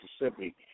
Mississippi